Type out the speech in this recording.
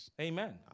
Amen